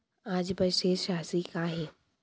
आज बर शेष राशि का हे?